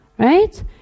right